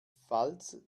pfalz